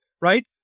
right